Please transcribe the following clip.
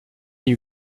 you